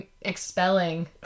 expelling